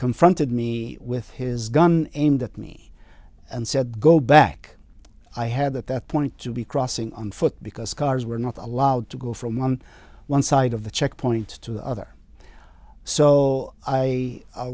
confronted me with his gun aimed at me and said go back i had at that point to be crossing on foot because cars were not allowed to go from on one side of the checkpoint to the other so i